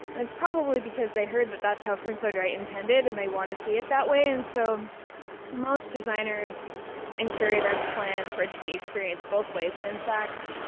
and it's probably because they heard that that's how frank lloyd wright intended and they want to see it that way. and so most designers and curators plan for it to be experienced both ways. and in fact,